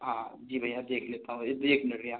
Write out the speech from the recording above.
हाँ जी भैया देख लेता हूँ भैया एक मिनट भैया